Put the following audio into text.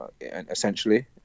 essentially